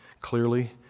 clearly